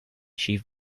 she